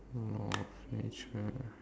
law of nature